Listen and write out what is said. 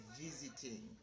visiting